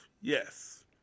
Yes